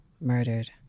murdered